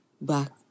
back